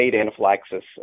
anaphylaxis